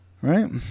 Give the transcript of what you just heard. right